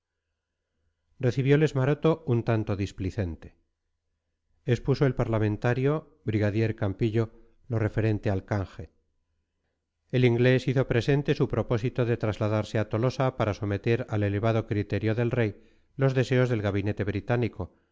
recibioles maroto un tanto displicente expuso el parlamentario brigadier campillo lo referente al canje el inglés hizo presente su propósito de trasladarse a tolosa para someter al elevado criterio del rey los deseos del gabinete británico